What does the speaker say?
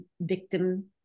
victim